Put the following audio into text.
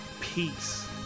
peace